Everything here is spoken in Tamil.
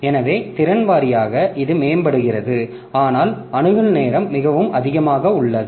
எனவே திறன் வாரியாக இது மேம்படுகிறது ஆனால் அணுகல் நேரம் மிகவும் அதிகமாக உள்ளது